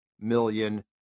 million